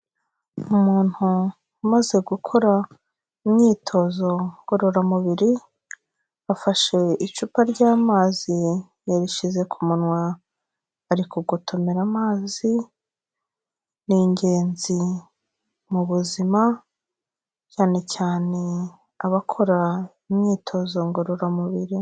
Umuntu umaze gukora imyitozo ngororamubiri, afashe icupa ry'amazi yarishyize ku munwa ari kugotomera amazi, ni ingenzi mu buzima, cyane cyane abakora imyitozo ngororamubiri.